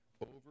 over